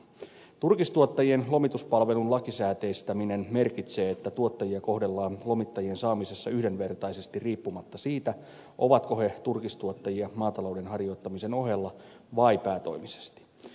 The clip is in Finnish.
turkistuottajien lomituspalvelun lakisääteistäminen merkitsee että tuottajia kohdellaan lomittajien saamisessa yhdenvertaisesti riippumatta siitä ovatko he turkistuottajia maatalouden harjoittamisen ohella vai päätoimisesti